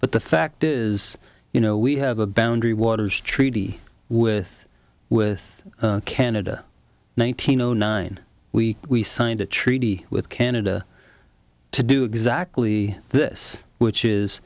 but the fact is you know we have a boundary waters treaty with with canada nineteen zero nine we we signed a treaty with canada to do exactly this which is